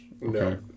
No